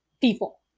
people